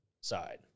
side